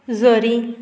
जरी